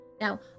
Now